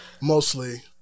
mostly